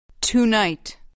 Tonight